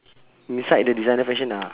beside the designer fashion ah